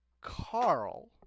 Carl